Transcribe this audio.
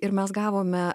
ir mes gavome